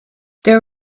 there